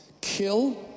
kill